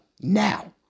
now